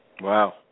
wow